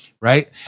right